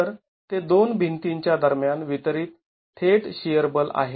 तर ते दोन भिंतींच्या दरम्यान वितरित थेट शिअर बल आहे